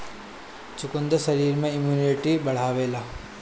चुकंदर शरीर में इमुनिटी बढ़ावेला